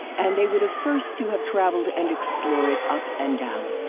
and they were the first to have traveled and explore it up and down.